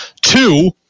Two